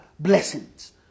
Blessings